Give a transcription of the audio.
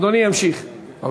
והייתי שותף אתו